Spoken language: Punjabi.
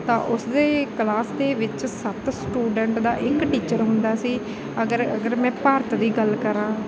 ਤਾਂ ਉਸਦੇ ਕਲਾਸ ਦੇ ਵਿੱਚ ਸੱਤ ਸਟੂਡੈਂਟ ਦਾ ਇੱਕ ਟੀਚਰ ਹੁੰਦਾ ਸੀ ਅਗਰ ਅਗਰ ਮੈਂ ਭਾਰਤ ਦੀ ਗੱਲ ਕਰਾਂ